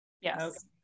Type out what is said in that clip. Yes